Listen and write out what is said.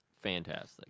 fantastic